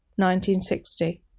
1960